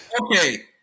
Okay